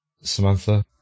Samantha